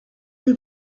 you